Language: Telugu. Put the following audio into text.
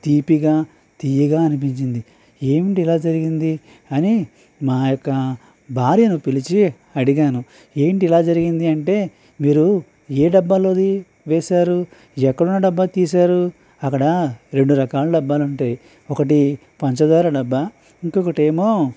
తీపిగా తియ్యగా అనిపించింది ఏంటి ఇలా జరిగింది అని మా యొక్క భార్యను పిలిచి అడిగాను ఏంటి ఇలా జరిగింది అంటే మీరు ఏ డబ్బాలోది వేశారు ఎక్కడున్న డబ్బా తీసారు అక్కడ రెండు రకాల డబ్బాలుంటాయి ఒకటి పంచదార డబ్బా ఇంకొకటేమో